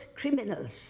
criminals